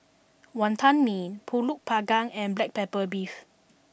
Wonton Mee Pulut Panggang and Black Pepper Beef